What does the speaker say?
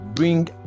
Bring